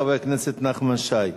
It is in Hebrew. חבר הכנסת נחמן שי.